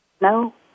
No